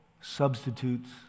substitutes